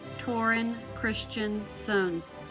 torin christian sones